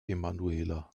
emanuela